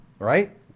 right